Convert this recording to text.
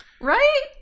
Right